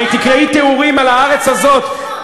הרי תקראי תיאורים על הארץ הזאת,